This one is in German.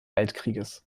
weltkriegs